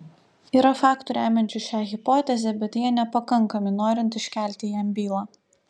yra faktų remiančių šią hipotezę bet jie nepakankami norint iškelti jam bylą